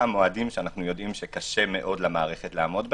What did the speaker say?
מועדים שאנחנו יודעים שקשה מאוד למערכת לעמוד בהם,